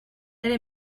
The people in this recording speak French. elle